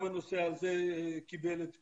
גם הנושא הזה קיבל את פתרונו.